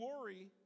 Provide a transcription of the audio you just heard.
worry